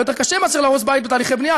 הרבה יותר קשה מאשר להרוס בית בתהליכי בנייה,